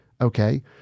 okay